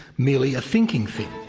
merely a thinking thing,